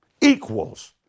equals